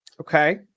Okay